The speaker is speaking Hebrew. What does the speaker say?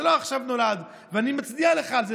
זה לא נולד עכשיו, ואני מצדיע לך על זה.